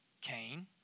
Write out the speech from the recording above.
Cain